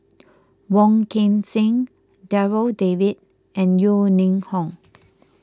Wong Kan Seng Darryl David and Yeo Ning Hong